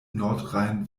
nordrhein